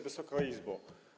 Wysoka Izbo!